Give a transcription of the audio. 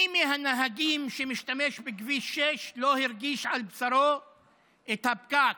מי מהנהגים שמשתמש בכביש 6 לא הרגיש על בשרו את הפקק,